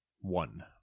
One